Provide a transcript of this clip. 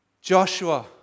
Joshua